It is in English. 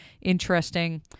interesting